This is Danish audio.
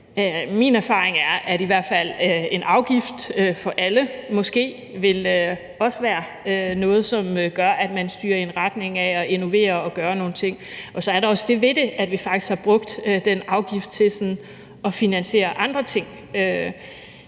Min erfaring er, at en afgift for alle måske også vil være noget, som gør, at man styrer i en retning af at innovere og gøre nogle ting. Så er der også det ved det, at vi faktisk har brugt den afgift til at finansiere andre ting